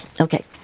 okay